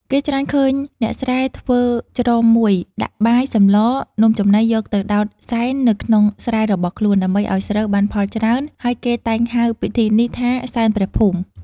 គេច្រើនឃើញអ្នកស្រែធ្វើច្រម១ ដាក់បាយ សម្ល នំចំណី យកទៅដោតសែននៅក្នុងស្រែរបស់ ខ្លួន ដើម្បីឲ្យស្រូវបានផលច្រើន ហើយគេតែងហៅពិធីនេះថា “សែនព្រះភូមិ” ។